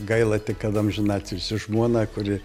gaila tik kad amžinatilsį žmona kuri